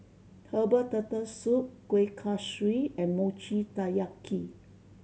herbal Turtle Soup Kueh Kaswi and Mochi Taiyaki